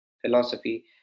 philosophy